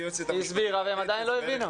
היא הסבירה והן עדיין לא הבינו.